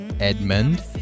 Edmund